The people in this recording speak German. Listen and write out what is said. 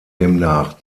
demnach